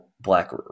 black